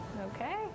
Okay